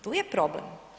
Tu je problem.